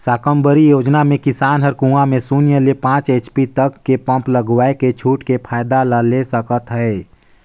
साकम्बरी योजना मे किसान हर कुंवा में सून्य ले पाँच एच.पी तक के पम्प लगवायके छूट के फायदा ला ले सकत है